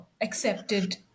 accepted